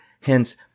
hence